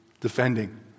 defending